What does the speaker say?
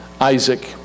isaac